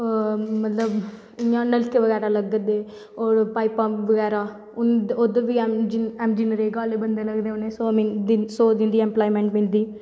इयां नलके बगैरा लग्गा दे होर पाईपां बगैरा उध्दर बी हैन ऐम जी नरेगा आह्ले बंदे लगदे उनेंगी सौ दिन दी इंपलाईमैंट मिलदी